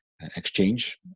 exchange